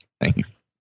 Thanks